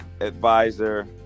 advisor